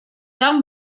там